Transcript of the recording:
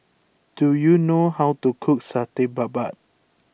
do you know how to cook Satay Babat